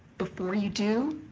before you do,